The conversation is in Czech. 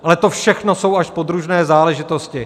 Ale to všechno jsou až podružné záležitosti.